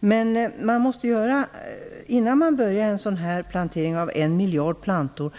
Men det var för dåliga fältförsök innan man började planteringen av en miljard plantor.